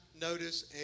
notice